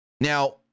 Now